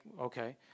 okay